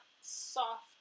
soft